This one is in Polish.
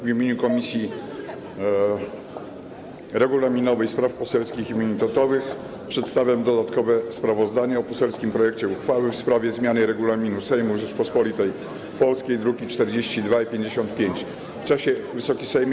W imieniu Komisji Regulaminowej, Spraw Poselskich i Immunitetowych przedstawiam dodatkowe sprawozdanie o poselskim projekcie uchwały w sprawie zmiany Regulaminu Sejmu Rzeczypospolitej Polskiej, druki nr 42 i 55. Wysoki Sejmie!